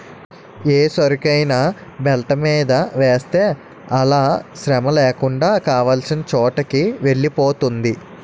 ఏ సరుకైనా బెల్ట్ మీద వేస్తే అలా శ్రమలేకుండా కావాల్సిన చోటుకి వెలిపోతుంది